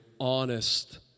honest